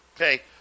Okay